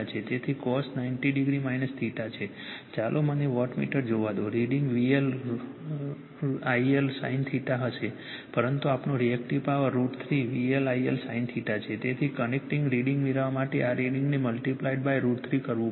તેથી cos 90 o છે ચાલો મને વોટમીટર જોવા દો રીડિંગ VL IL sin હશે પરંતુ આપણો reactive power √ 3 VL IL sin છે તો કનેક્ટ રીડિંગ મેળવવા માટે આ રીડિંગને મલ્ટીપ્લાઇડ √ 3 કરવું પડશે